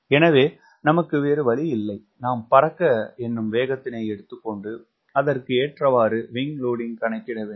எனவே நமக்கு வேறு வழியில்லை நாம் பறக்க எண்ணும் வேகத்தினை எடுத்துக்கொண்டு அதற்கேற்றவாறு விங்க் லோடிங்க் கணக்கிடவேண்டும்